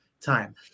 time